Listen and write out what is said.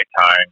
time